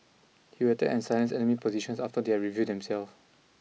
he would attack and silence enemy positions after they had revealed themselves